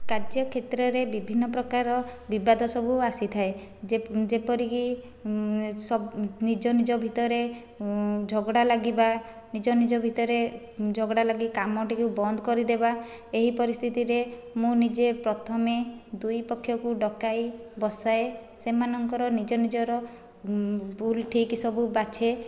କାର୍ଯ୍ୟ କ୍ଷେତ୍ରରେ ବିଭିନ୍ନ ପ୍ରକାର ବିବାଦ ସବୁ ଆସିଥାଏ ଯେପରିକି ନିଜ ନିଜ ଭିତରେ ଝଗଡ଼ା ଲାଗିବା ନିଜ ନିଜ ଭିତରେ ଝଗଡ଼ା ଲାଗି କାମଟିକୁ ବନ୍ଦ କରିଦେବା ଏହି ପରିସ୍ଥିତିରେ ମୁଁ ନିଜେ ପ୍ରଥମେ ଦୁଇ ପକ୍ଷକୁ ଡକାଇ ବସାଏ ସେମାନଙ୍କର ନିଜ ନିଜର ଭୁଲ ଠିକ ସବୁ ବାଛେ